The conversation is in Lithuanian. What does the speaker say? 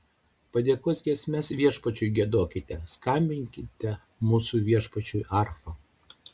padėkos giesmes viešpačiui giedokite skambinkite mūsų viešpačiui arfa